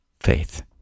faith